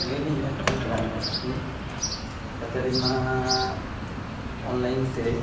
ᱟᱹᱞᱤᱧ ᱞᱤᱧ ᱢᱮᱱᱮᱫ ᱛᱟᱦᱮᱱ ᱨᱟᱭᱟ ᱦᱮᱢᱵᱨᱚᱢ ᱛᱟᱹᱠᱤᱱ ᱪᱤᱠᱟᱹᱛᱮ ᱟᱹᱞᱤᱧᱢᱟ ᱚᱱᱞᱟᱭᱤᱱᱛᱮ